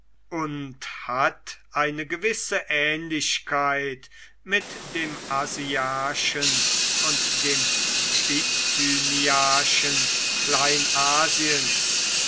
und hat eine gewisse ähnlichkeit mit dem asiarchen und dem bithyniarchen